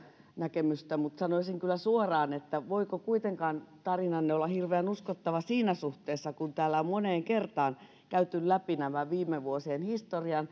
näkemystä mutta kysyisin kyllä suoraan voiko tarinanne kuitenkaan olla hirveän uskottava siinä suhteessa kun täällä on moneen kertaan käyty läpi viime vuosien